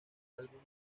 algunos